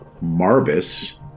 Marvis